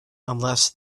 unless